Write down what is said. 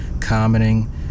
commenting